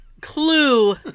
Clue